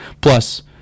plus